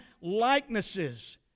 likenesses